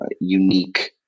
unique